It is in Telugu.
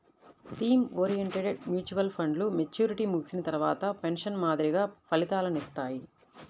థీమ్ ఓరియెంటెడ్ మ్యూచువల్ ఫండ్లు మెచ్యూరిటీ ముగిసిన తర్వాత పెన్షన్ మాదిరిగా ఫలితాలనిత్తాయి